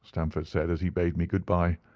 stamford said, as he bade me good-bye.